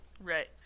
Right